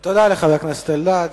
תודה לחבר הכנסת אלדד.